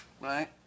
right